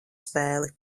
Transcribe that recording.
spēli